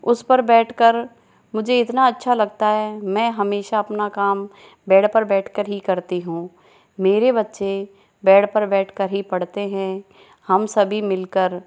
उस पर बैठकर मुझे इतना अच्छा लगता है मैं हमेशा अपना काम बेड पर बैठकर ही करती हूँ मेरे बच्चे बेड पर बैठकर ही पढ़ते हैं हम सभी मिलकर